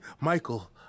Michael